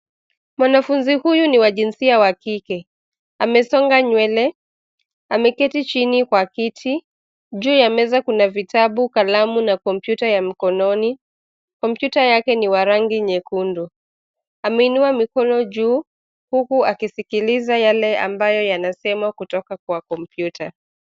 Mwanafunzi huyu ni wa jinsia wa kike. Amesonga nywele. Ameketi chini kwa kiti. Juu ya meza kuna vitabu, kalamu, na kompyuta ya mkononi. Kompyuta yake ni wa rangi nyekundu. Ameinua mikono juu, huku akisikiliza yale ambayo yanasemwa kutoka kwa kompyuta.